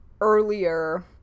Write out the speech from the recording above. earlier